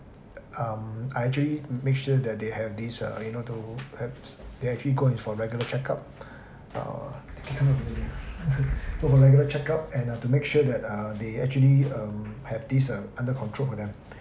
err I actually make sure that they have this uh you know to have they actually go in for regular check up uh go for regular check up and uh to make sure that uh they actually um have this under control for them